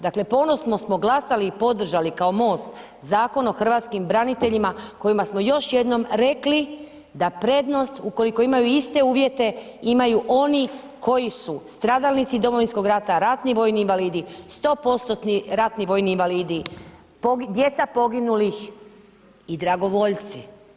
Dakle, ponosno smo glasali i podržali kao MOST Zakon o hrvatskim braniteljima kojima smo još jednom rekli da prednost, ukoliko imaju iste uvjete, imaju oni koji su stradalnici Domovinskog rata, ratni vojni invalidi, 100%-tni ratni vojni invalidi, djeca poginulih i dragovoljci.